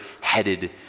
headed